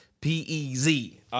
P-E-Z